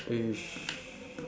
!hais!